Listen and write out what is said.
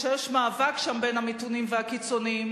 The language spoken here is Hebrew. כשיש מאבק שם בין המתונים והקיצונים,